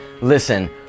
Listen